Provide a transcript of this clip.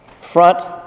front